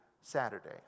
Saturday